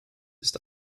ist